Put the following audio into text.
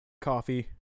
coffee